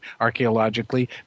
archaeologically